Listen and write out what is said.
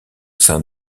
sein